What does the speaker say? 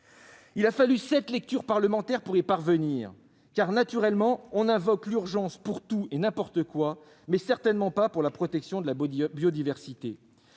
Il a fallu sept lectures parlementaires pour y parvenir, car naturellement on invoque l'urgence pour tout et n'importe quoi, mais certainement pas pour la protection de la biodiversité.